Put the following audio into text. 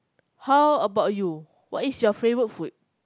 how about you what is your favorite food